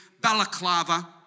balaclava